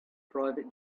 private